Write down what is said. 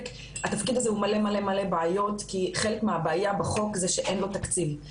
התפקיד הזה הוא מלא בעיות כי חלק מהבעיה בחוק זה שאין לו תקציב,